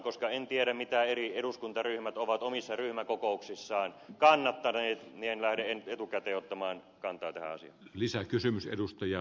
koska en tiedä mitä eri eduskuntaryhmät ovat omissa ryhmäkokouksissaan kannattaneet niin en lähde etukäteen ottamaan kantaa tähän asiaan